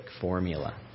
formula